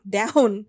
down